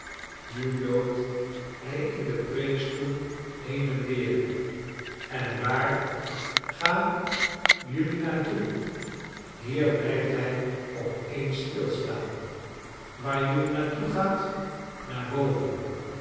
nu loopt hij in den preekstoel heen en weer en waar ga jelui naar toe hier blijfthij op eens stilstaan waar jelui naar toe gaat naar bo